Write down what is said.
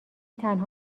تنها